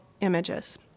images